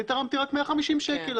אני תרמתי רק 150 שקל,